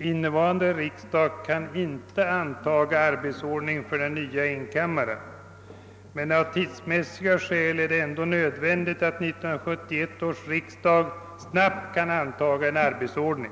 Innevarande riksdag kan inte antaga arbetsordning för den nya enkammarriksdagen. Av tidsmässiga skäl är det emellertid nödvändigt att 1971 års riksdag snabbt kan antaga en arbetsstadga.